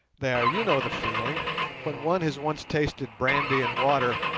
there, you know the feeling when one has once tasted brandy and water,